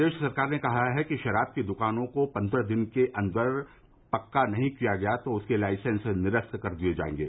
प्रदेश सरकार ने कहा है कि शराब की द्कानों को पन्द्रह दिन के अन्दर पक्का नहीं किया गया तो उनके लाइसेंस निरस्त कर दिये जायेंगे